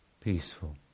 peaceful